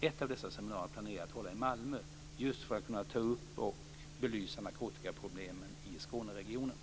Ett av dessa seminarier planerar jag att hålla i Malmö, just för att kunna ta upp och belysa narkotikaproblemen i